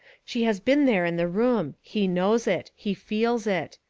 she has been there in the room. he knows it. he feels it.